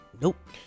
Nope